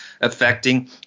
affecting